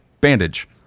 bandage